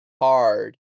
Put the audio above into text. hard